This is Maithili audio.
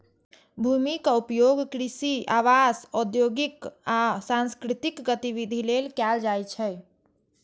भूमिक उपयोग कृषि, आवास, औद्योगिक आ सांस्कृतिक गतिविधि लेल कैल जाइ छै